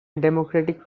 democratic